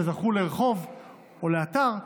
שזכו לרחוב או לאתר,